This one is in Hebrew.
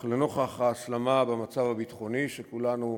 אך לנוכח ההסלמה במצב הביטחוני שכולנו